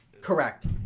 Correct